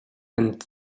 and